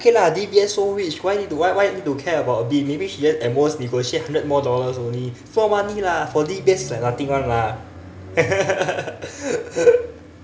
okay lah D_B_S so rich why need to why why need to care about it maybe she just at most negotiate hundred more dollars only small money lah for D_B_S it's like nothing [one] lah